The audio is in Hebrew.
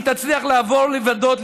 היא תצליח לעבור ועדות,